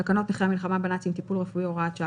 תקנות נכי המלחמה בנאצים (טיפול רפואי) (הוראת שעה),